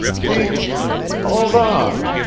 he hold on!